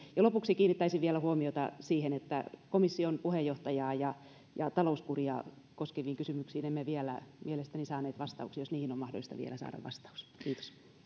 lopuksi kiinnittäisin vielä huomiota siihen että komission puheenjohtajaa ja ja talouskuria koskeviin kysymyksiin emme vielä mielestäni saaneet vastauksia jos niihin on mahdollista vielä saada vastaus kiitos